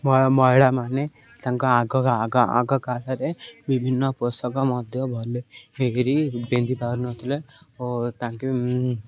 ମହିଳାମାନେ ତାଙ୍କ ଆଗ କାଳରେ ବିଭିନ୍ନ ପୋଷକ ମଧ୍ୟ ଭଲ ହେଇକିରି ପିନ୍ଧି ପାରୁନଥିଲେ ଓ ତାଙ୍କେ